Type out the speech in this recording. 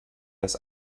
das